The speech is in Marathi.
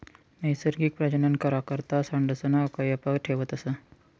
नैसर्गिक प्रजनन करा करता सांडसना कयप ठेवतस